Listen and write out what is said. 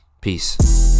Peace